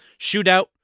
shootout